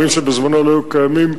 דברים שבעבר לא היו קיימים,